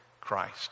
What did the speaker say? Christ